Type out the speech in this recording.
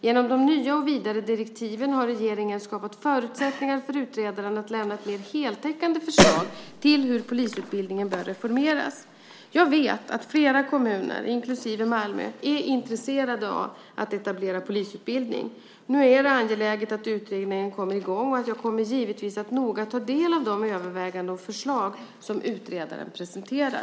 Genom de nya och vidare direktiven har regeringen skapat förutsättningar för utredaren att lämna ett mer heltäckande förslag till hur polisutbildningen bör reformeras. Jag vet att flera kommuner, inklusive Malmö, är intresserade av att etablera polisutbildning. Nu är det angeläget att utredningen kommer i gång, och jag kommer givetvis att noga ta del av de överväganden och förslag som utredaren presenterar.